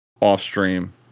off-stream